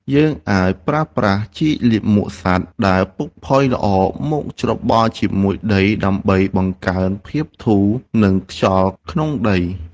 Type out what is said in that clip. យើងអាចប្រើប្រាស់ជីលាមកសត្វដែលពុកផុយល្អមកច្របល់ជាមួយដី ដើម្បីបង្កើនភាពធូរ និងខ្យល់ក្នុងដី។